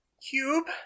cube